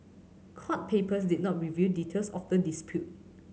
court papers did not reveal details of the dispute